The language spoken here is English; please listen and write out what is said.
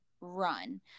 run